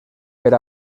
per